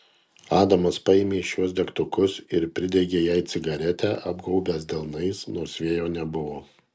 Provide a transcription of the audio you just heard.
adamas paėmė iš jos degtukus ir pridegė jai cigaretę apgaubęs delnais nors vėjo nebuvo